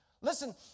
Listen